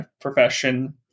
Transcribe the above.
profession